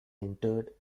interred